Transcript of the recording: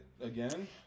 again